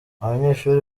abanyeshuri